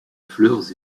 fleurs